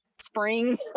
spring